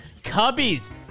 Cubbies